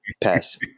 Pass